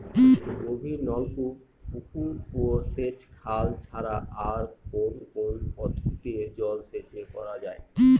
গভীরনলকূপ পুকুর ও সেচখাল ছাড়া আর কোন কোন পদ্ধতিতে জলসেচ করা যায়?